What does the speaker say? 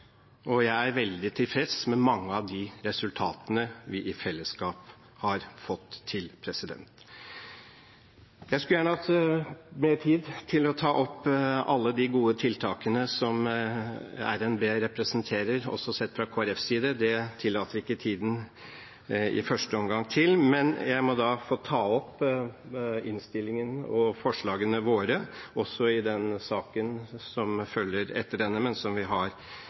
bruk. Jeg er veldig tilfreds med mange av de resultatene vi i fellesskap har fått til. Jeg skulle gjerne hatt mer tid til å ta fram alle de gode tiltakene som RNB representerer, også sett fra Kristelig Folkepartis side. Det tillater ikke tiden i første omgang, men jeg må få anbefale innstillingen og ta opp forslagene våre – også i den saken som følger etter denne, men som har